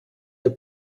der